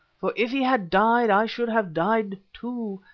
for if he had died i should have died too,